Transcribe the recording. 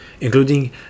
including